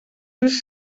ulls